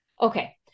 Okay